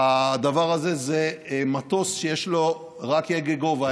הדבר הזה זה מטוס שיש לו רק הגה גובה,